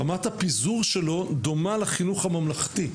רמת הפיזור שלו דומה לחינוך הממלכתי,